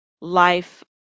life